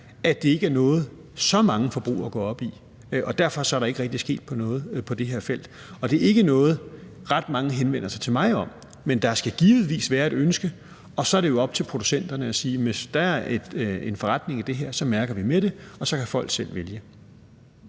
at det ikke er noget, som så mange forbrugere går op i, og derfor er der ikke rigtig sket noget på det her felt. Og det er ikke noget, som ret mange henvender sig til mig om. Men der skal givetvis være et ønske, og så er det jo op til producenterne at sige: Hvis der er en forretning i det her, så mærker vi med det. Og så kan folk selv vælge.